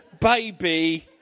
baby